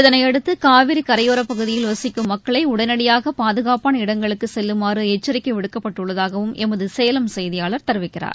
இதனையடுத்து காவிரி கரையோரப்பகுதியில் வசிக்கும் மக்களை உடனடியாக பாதுகாப்பான இடங்களுக்கு செல்லுமாறு எச்சரிக்கை விடுக்கப்பட்டுள்ளதாகவும் எமது சேலம் செய்தியாளர் தெரிவிக்கிறார்